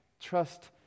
Trust